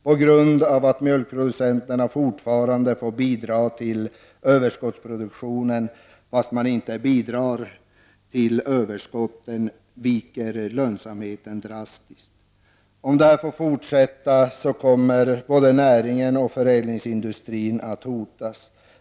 På grund av att mjölkproducenterna fortfarande får bidra till överskottsproduktionen, fast man inte bidragit till överskotten, viker lönsamheten drastiskt. Om detta får fortsätta hotas både näringen och förädlingsindustrin.